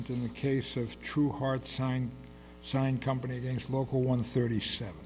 in the case of true heart sign sign company is local one thirty seven